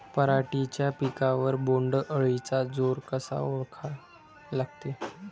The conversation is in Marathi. पराटीच्या पिकावर बोण्ड अळीचा जोर कसा ओळखा लागते?